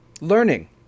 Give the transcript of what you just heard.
Learning